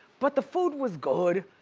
but the food was good.